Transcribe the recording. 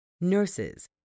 nurses